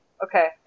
Okay